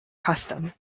custom